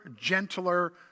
gentler